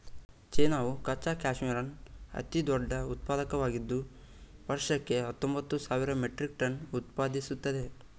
ಚೀನಾವು ಕಚ್ಚಾ ಕ್ಯಾಶ್ಮೀರ್ನ ಅತಿದೊಡ್ಡ ಉತ್ಪಾದಕವಾಗಿದ್ದು ವರ್ಷಕ್ಕೆ ಹತ್ತೊಂಬತ್ತು ಸಾವಿರ ಮೆಟ್ರಿಕ್ ಟನ್ ಉತ್ಪಾದಿಸ್ತದೆ